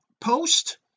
post